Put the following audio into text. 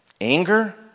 anger